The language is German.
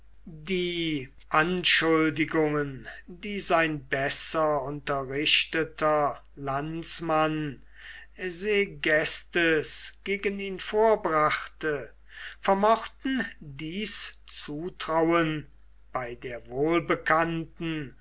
die anschuldigungen die sein besser unterrichteter landsmann segestes gegen ihn vorbrachte vermochten dies zutrauen bei der wohlbekannten